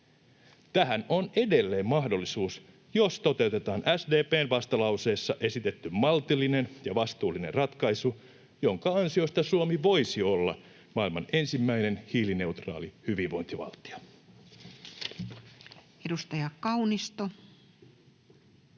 Tähän on edelleen mahdollisuus, jos toteutetaan SDP:n vastalauseessa esitetty maltillinen ja vastuullinen ratkaisu, jonka ansiosta Suomi voisi olla maailman ensimmäinen hiilineutraali hyvinvointivaltio. [Speech 258]